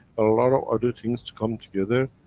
a lot of other things to come together,